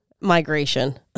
migration